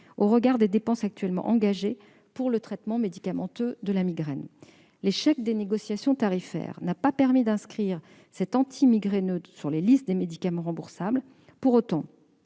au regard des dépenses actuellement engagées pour le traitement médicamenteux de la migraine. L'échec des négociations tarifaires n'a pas permis d'inscrire cet antimigraineux sur les listes des médicaments remboursables. Pour autant,